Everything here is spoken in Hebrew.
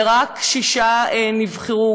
ורק שישה נבחרו.